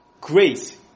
Grace